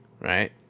right